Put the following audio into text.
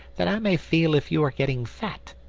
that i may feel if you are getting fat.